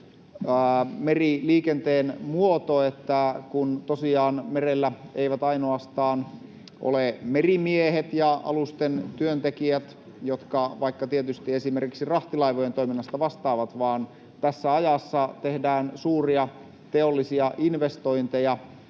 meriliikenteen muoto, että tosiaan merellä eivät ole ainoastaan merimiehet ja alusten työntekijät, jotka tietysti esimerkiksi rahtilaivojen toiminnasta vastaavat, vaan tässä ajassa tehdään suuria teollisia investointeja